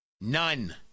None